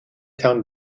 town